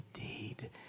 indeed